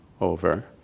over